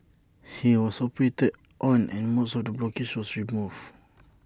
he was operated on and most of the blockages was removed